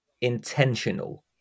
intentional